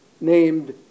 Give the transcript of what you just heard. named